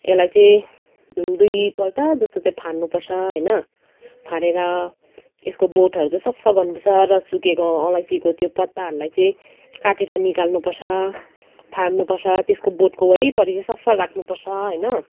यसलाई चाहिँ दुईपल्ट जस्तो चाहिँ फाँड्नुपर्छ होइन फाँडेर यसको बोटहरू चाहिँ सफा गर्नुपर्छ र सुकेको अलैँचीको त्यो पताहरूलाई चाहिँ काटेर निकाल्नुपर्छ फाँड्नुपर्छ त्यसको बोटको वरिपरि चाहिँ सफा राख्नुपर्छ होइन